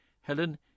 Helen